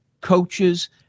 coaches